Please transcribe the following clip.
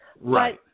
Right